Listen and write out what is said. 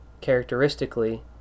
Characteristically